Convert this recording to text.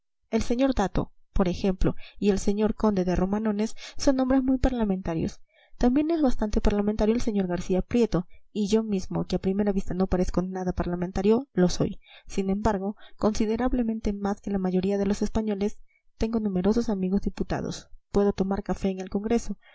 el señor dato por ejemplo y el señor conde de romanones son hombres muy parlamentarios también es bastante parlamentario el sr garcía prieto y yo mismo que a primera vista no parezco nada parlamentario lo soy sin embargo considerablemente más que la mayoría de los españoles tengo numerosos amigos diputados puedo tomar café en el congreso